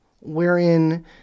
wherein